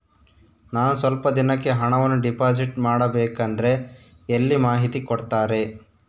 ನಾನು ಸ್ವಲ್ಪ ದಿನಕ್ಕೆ ಹಣವನ್ನು ಡಿಪಾಸಿಟ್ ಮಾಡಬೇಕಂದ್ರೆ ಎಲ್ಲಿ ಮಾಹಿತಿ ಕೊಡ್ತಾರೆ?